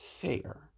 fair